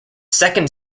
second